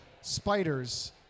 spiders